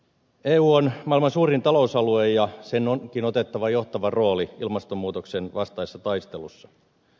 eu on maailman suurin talousalue ja sen onkin otettava johtava rooli ilmastonmuutoksen vastaisessa taistelussa